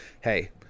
hey